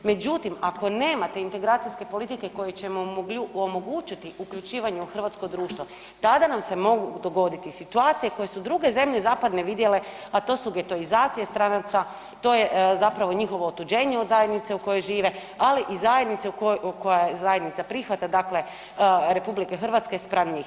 Međutim, ako nemate integracijske politike koje će omogućiti uključivanje u hrvatsko društvo tada nam se mogu dogoditi situacije koje su druge zemlje zapadne vidjele, a to su getoizacija stranaca, to je zapravo njihovo otuđenje od zajednice u kojoj žive, ali zajednice koja je zajednica prihvata, dakle RH spram njih.